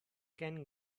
ken